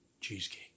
Cheesecake